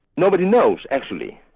nobody knows actually.